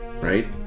right